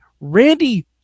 Randy